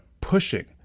pushing